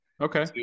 Okay